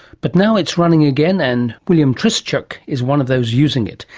but now it's running again, and william trischuk is one of those using it.